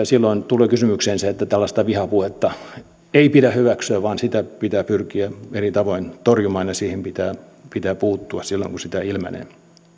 silloin tulee kysymykseen se että tällaista vihapuhetta ei pidä hyväksyä vaan sitä pitää pyrkiä eri tavoin torjumaan ja siihen pitää pitää puuttua silloin kun sitä ilmenee